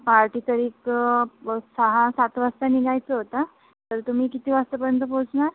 पहाटे तरी क सहा सात वाजता निघायचं होतं तर तुम्ही किती वाजतापर्यंत पोचणार